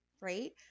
right